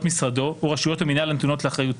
משרדו או רשויות המנהל הנתונות לאחריותו,